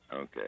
Okay